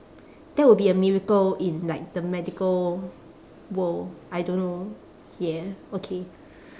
that would be a miracle in like the medical world I don't know ya okay